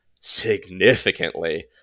significantly